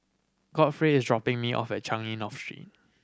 Godfrey is dropping me off at Changi North Street